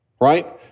right